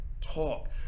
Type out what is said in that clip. talk